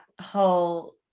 whole